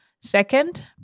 Second